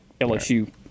LSU